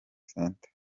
centre